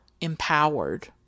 empowered